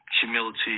humility